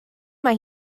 mae